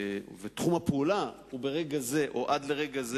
ותחום הפעולה הוא ברגע זה או עד לרגע זה,